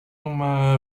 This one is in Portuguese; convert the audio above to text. uma